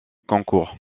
concours